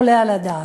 עולה על הדעת,